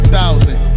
thousand